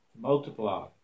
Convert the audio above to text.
multiply